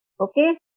okay